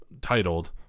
titled